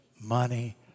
money